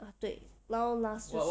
ah 对 now